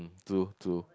to to